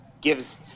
gives